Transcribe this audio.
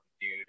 dude